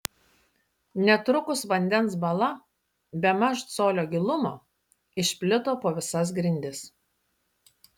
netrukus vandens bala bemaž colio gilumo išplito po visas grindis